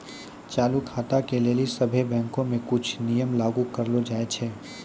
चालू खाता के लेली सभ्भे बैंको मे कुछो नियम लागू करलो जाय छै